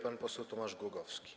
Pan poseł Tomasz Głogowski.